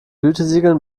gütesiegeln